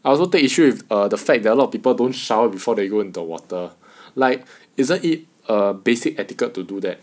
I also take issue with err the fact that a lot of people don't shower before they go into the water like isn't it a basic etiquette to do that